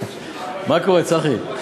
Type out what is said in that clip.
מה קורה, צחי?